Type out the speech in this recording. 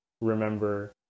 remember